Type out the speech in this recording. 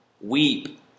weep